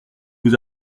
vous